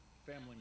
family